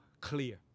clear